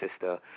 sister